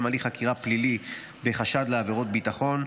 הליך חקירה פלילי בחשד לעבירות ביטחון.